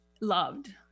loved